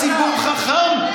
הציבור חכם.